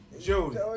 Jody